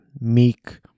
meek